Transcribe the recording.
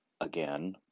again